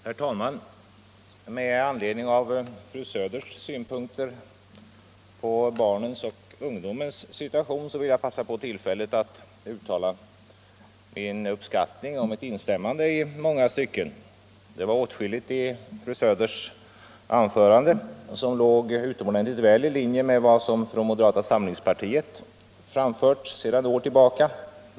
Herr talman! Med anledning av fru Söders synpunkter på barnens och ungdomarnas situation vill jag passa på tillfället att uttala min uppskattning och mitt instämmande i många stycken. Det var åtskilligt i fru Söders anförande som låg utomordentligt väl i linje med vad som framförts från moderata samlingspartiet sedan år tillbaka.